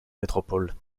métropole